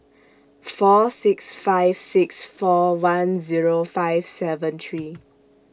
four six five six four one Zero five seven three